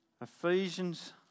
Ephesians